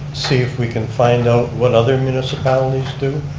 see if we can find out what other municipalities do.